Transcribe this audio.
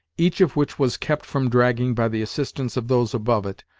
each of which was kept from dragging by the assistance of those above it,